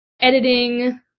editing